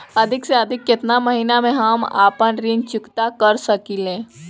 अधिक से अधिक केतना महीना में हम आपन ऋण चुकता कर सकी ले?